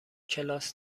کلاس